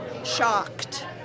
shocked